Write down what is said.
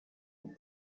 that